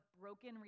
broken